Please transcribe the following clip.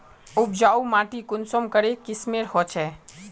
उपजाऊ माटी कुंसम करे किस्मेर होचए?